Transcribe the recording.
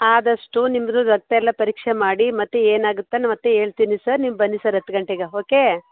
ಆದಷ್ಟು ನಿಮ್ಮದು ರಕ್ತ ಎಲ್ಲ ಪರೀಕ್ಷೆ ಮಾಡಿ ಮತ್ತು ಏನಾಗುತ್ತೋ ಮತ್ತೆ ಹೇಳ್ತೀನಿ ಸರ್ ನೀವು ಬನ್ನಿ ಸರ್ ಹತ್ತು ಗಂಟೆಗೆ ಓಕೇ